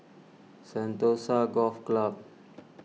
Sentosa Golf Club